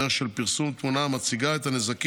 בדרך של פרסום תמונה שמציגה את הנזקים